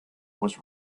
was